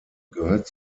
gehört